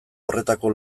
horretako